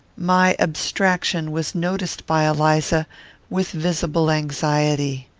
my abstraction was noticed by eliza with visible anxiety.